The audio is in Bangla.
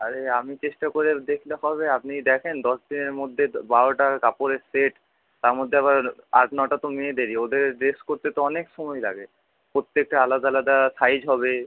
আরে আমি চেষ্টা করে দেখলে হবে আপনি দেখেন দশ দিনের মধ্যে বারোটা কাপড়ের সেট তার মধ্যে আবার আট নটা তো মেয়েদেরই ওদের ড্রেস করতে তো অনেক সময় লাগে প্রত্যেকটা আলাদা আলাদা সাইজ হবে